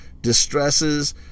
distresses